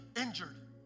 injured